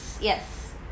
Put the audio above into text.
Yes